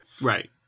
Right